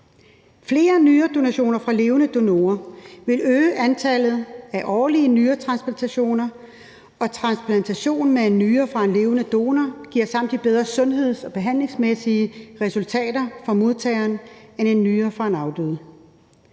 Flere nyredonationer fra levende donorer vil øge antallet af årlige nyretransplantationer, og transplantationen af en nyre fra en levende donor giver samtidig bedre sundheds- og behandlingsmæssige resultater for modtageren end en nyre fra en afdød.